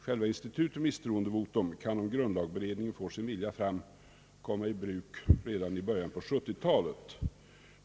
Själva institutet misstroendevotum kan, om grundlagberedningen får sin vilja fram, komma i bruk redan i början av 1970.